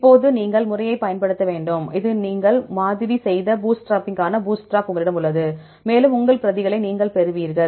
இப்போது நீங்கள் முறையைப் பயன்படுத்த வேண்டும் இப்போது நீங்கள் மாதிரி செய்த பூட்ஸ்ட்ராப்பிங்கிற்கான பூட்ஸ்ட்ராப் உங்களிடம் உள்ளது மேலும் உங்கள் பிரதிகளை நீங்கள் பெறுவீர்கள்